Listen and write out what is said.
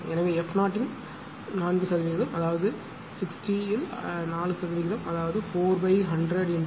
எனவே f 0 இன் 4 சதவீதம் அதாவது 60 ல் 4 சதவீதம் அதாவது 4100 × 60